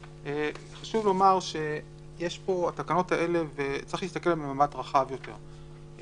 חשוב לומר שצריך להסתכל במבט רחב יותר,